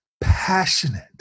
passionate